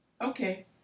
Okay